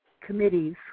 committees